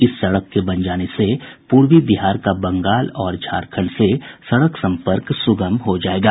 इस सड़क के बन जाने से पूर्वी बिहार का बंगाल और झारखंड से सड़क सम्पर्क सुगम हो जायेगा